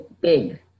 big